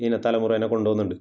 ഇതിനെ തലമുറയെ കൊണ്ടു പോവുന്നുണ്ട്